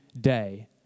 day